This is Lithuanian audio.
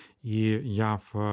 į jav